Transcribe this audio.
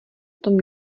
tom